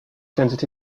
turns